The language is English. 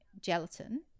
gelatin